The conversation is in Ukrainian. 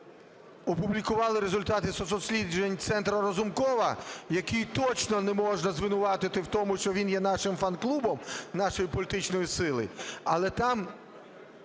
опублікували результати соцдосліджень Центра Разумкова, який точно не можна звинуватити в тому, що він є нашим фан-клубом, нашої політичної сили. Але там